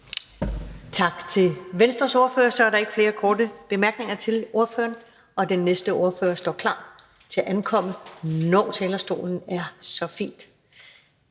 Tak til Venstres ordfører. Så er der ikke flere korte bemærkninger til ordføreren. Og den næste ordfører står klar til at ankomme, når talerstolen så fint